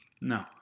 No